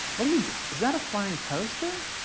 what do you do? is that a flying toaster?